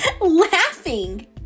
laughing